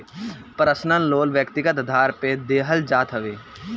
personal loan व्यक्तिगत आधार पे देहल जात हवे